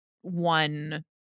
one